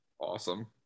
awesome